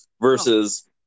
Versus